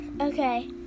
Okay